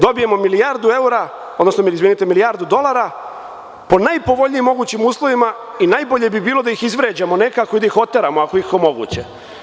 Dobijamo milijardu evra, odnosno milijardu dolara po najpovoljnijim mogućim uslovima i najbolje bi bilo da ih izvređamo nekako, da ih oteramo, ako je ikako moguće.